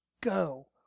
Go